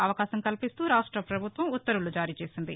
అవకాశం కల్పిస్తూ రాష్ట పభుత్వం ఉత్తర్వులు జారీ చేసింది